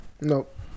nope